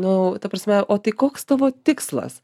nu ta prasme o tai koks tavo tikslas